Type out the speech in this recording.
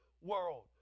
world